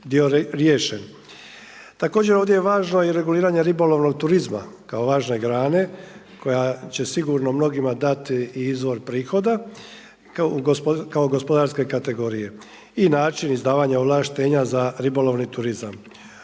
dio riješen. Također ovdje je važno i reguliranje ribolovnog turizma kao važne grane koja će sigurno mnogima dati i izvor prihoda kao gospodarske kategorije i način izdavanja ovlaštenja za ribolovni turizam.